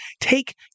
take